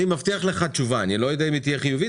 אני מבטיח לך תשובה אני לא יודע אם היא תהיה חיובית,